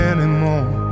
Anymore